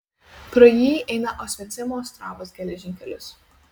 pro jį eina osvencimo ostravos geležinkelis